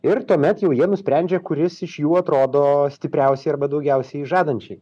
ir tuomet jau jie nusprendžia kuris iš jų atrodo stipriausiai arba daugiausiai žadančiai